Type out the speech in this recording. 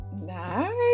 nice